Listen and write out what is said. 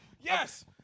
Yes